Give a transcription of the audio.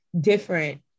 different